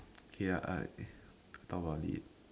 okay ah I deepavali